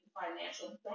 financial